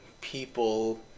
people